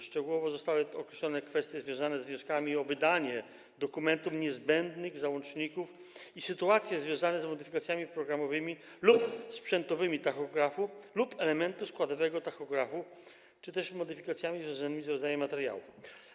Szczegółowo zostały określone kwestie związane z wnioskami o wydanie dokumentów, niezbędnych załączników i sytuacje związane z modyfikacjami programowymi lub sprzętowymi tachografu lub elementu składowego tachografu czy też modyfikacjami związanymi z rodzajem materiałów.